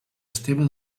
esteve